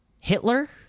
Hitler